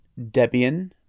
Debian